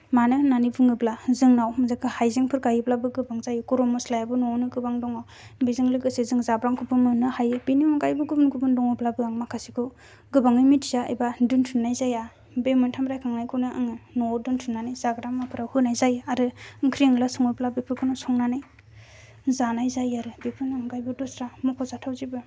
मानो होन्नानै बुङोब्ला जोंनाव हायजेंफोर गायोब्लाबो गोबां जायो गरम मसलायाबो नआवनो गोबां दङ बेजों लोगोसे जों जाब्रांखौबो मोन्नो हायो बेनि अनगायैबो गुबुन गुबुन दङब्लाबो आं माखासेखौ गोबाङै मिथिया एबा दोन्थुमनाय जाया बे मोन्थाम रायखांनायखौनो आङो नआव दोन्थुमनानै जाग्रा मुवाफोराव होनाय जायो आरो ओंख्रि एनला सङोबा बेफोरखौनो संनानै जानाय जायो आरो बेखौनो आङो ओमफ्राय दस्रा मख'जाथाव जेबो